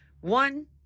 One